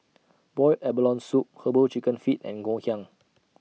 boiled abalone Soup Herbal Chicken Feet and Ngoh Hiang